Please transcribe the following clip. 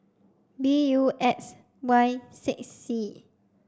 B U X Y six C